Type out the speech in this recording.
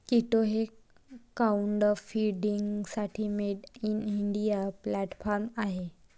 कीटो हे क्राउडफंडिंगसाठी made in India platform आहे